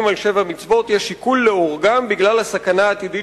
על שבע מצוות יש שיקול להורגם בגלל הסכנה העתידית